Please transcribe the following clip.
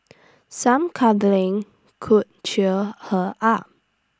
some cuddling could cheer her up